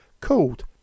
called